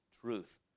truth